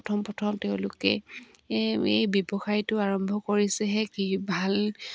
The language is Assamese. প্ৰথম প্ৰথম তেওঁলোকে এই ব্যৱসায়টো আৰম্ভ কৰিছেহে কি ভাল